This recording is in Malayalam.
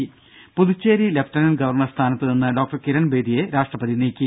ദേദ പുതുച്ചേരി ലഫ്റ്റനന്റ് ഗവർണർ സ്ഥാനത്തുനിന്ന് ഡോക്ടർ കിരൺ ബേദിയെ രാഷ്ട്രപതി നീക്കി